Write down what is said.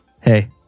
Hey